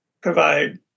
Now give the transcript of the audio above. provide